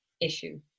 issue